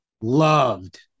loved